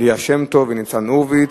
ליה שמטוב וניצן הורוביץ,